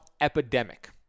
epidemic